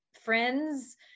friends